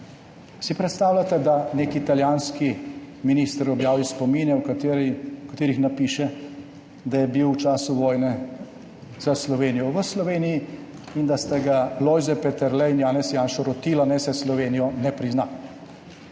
Si predstavljate, da nek italijanski minister objavi spomine, v katerih napiše, da je bil v času vojne za Slovenijo v Sloveniji in da sta ga Lojze Peterle in Janez Janša rotila, naj se ne prizna